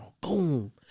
Boom